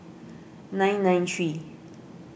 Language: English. nine nine three